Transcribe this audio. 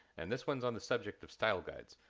and this one's on the subject of style guides.